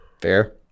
Fair